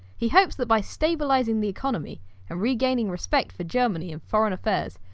he hopes that by stabilising the economy and regaining respect for germany in foreign affairs,